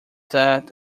that